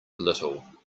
little